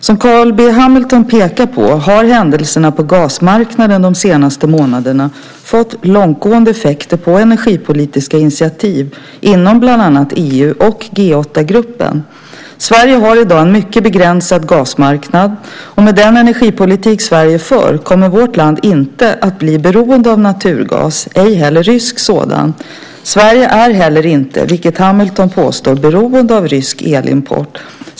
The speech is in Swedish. Som Carl B Hamilton pekar på, har händelserna på gasmarknaden de senaste månaderna fått långtgående effekter på energipolitiska initiativ inom bland annat EU och G 8-gruppen. Sverige har i dag en mycket begränsad gasmarknad och med den energipolitik Sverige för kommer vårt land inte att bli beroende av naturgas, ej heller rysk sådan. Sverige är heller inte, vilket Hamilton påstår, beroende av rysk elimport.